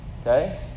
Okay